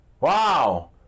Wow